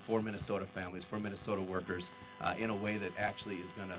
for minnesota families from minnesota workers in a way that actually is go